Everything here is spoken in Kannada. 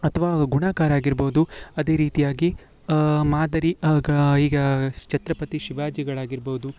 ಅಥ್ವಾ ಗುಣಾಕಾರ ಆಗಿರ್ಬೋದು ಅದೇ ರೀತಿಯಾಗಿ ಮಾದರಿ ಆಗ ಈಗ ಛತ್ರಪತಿ ಶಿವಾಜಿಗಳು ಆಗಿರ್ಬೋದು